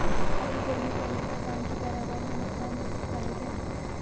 अधिक गर्मी पड़ने पर धान की पैदावार में नुकसान हो सकता है क्या?